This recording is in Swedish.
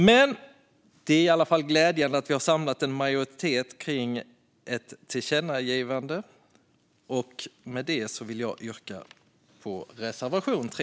Men det är i alla fall glädjande att vi har samlat en majoritet för ett tillkännagivande. Med det vill jag yrka bifall till reservation 3.